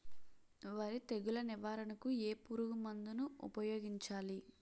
వరి తెగుల నివారణకు ఏ పురుగు మందు ను ఊపాయోగించలి?